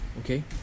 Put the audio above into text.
okay